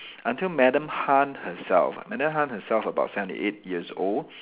until Madam Han herself Madam Han herself about seventy eight years old